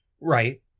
Right